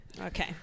Okay